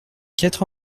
quatre